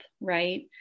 Right